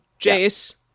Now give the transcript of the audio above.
Jace